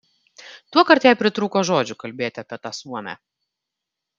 tuokart jai pritrūko žodžių kalbėti apie tą suomę